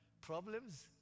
problems